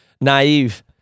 naive